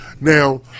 Now